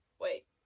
Wait